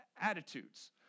attitudes